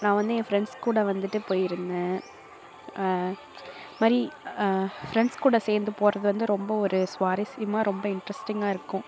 நான் வந்து என் ஃப்ரெண்ட்ஸ் கூட வந்துட்டு போய்ருந்தேன் மாதிரி ஃப்ரெண்ட்ஸ் கூட சேர்ந்து போகிறது வந்து ரொம்ப ஒரு சுவாரசியமாக ரொம்ப இன்ட்ரெஸ்டிங்காக இருக்கும்